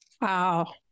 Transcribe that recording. Wow